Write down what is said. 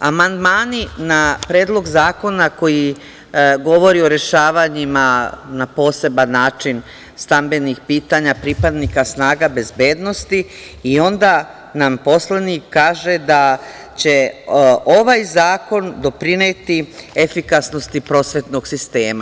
amandmani na predlog zakona koji govori o rešavanjima na poseban način stambenih pitanja pripadnika snaga bezbednosti i onda nam poslanik kaže da će ovaj zakon doprineti efikasnosti prosvetnog sistema.